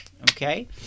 okay